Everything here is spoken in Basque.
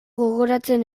gogoratzen